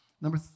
number